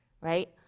right